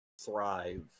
thrive